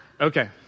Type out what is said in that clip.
Okay